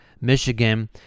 Michigan